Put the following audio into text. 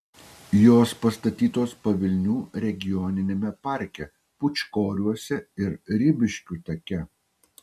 jos pastatytos pavilnių regioniniame parke pūčkoriuose ir ribiškių take